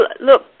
look